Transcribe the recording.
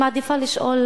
אני מעדיפה לשאול,